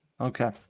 Okay